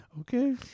Okay